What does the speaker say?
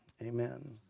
Amen